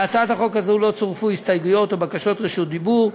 להצעת החוק הזאת לא צורפו הסתייגויות או בקשות רשות דיבור.